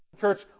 church